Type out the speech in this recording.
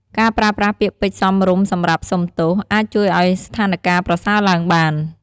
ការប្រើប្រាស់ពាក្យពេចន៍សមរម្យសម្រាប់សូមទោស អាចជួយឱ្យស្ថានការណ៍ប្រសើរឡើងបាន។